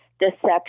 deception